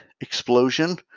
explosion